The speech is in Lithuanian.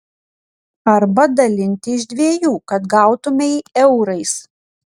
arba dalinti iš dviejų kad gautumei eurais